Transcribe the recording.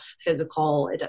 physical